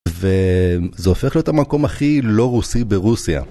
וזה הופך להיות המקום הכי לא רוסי ברוסיה.